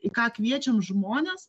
į ką kviečiam žmones